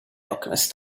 alchemist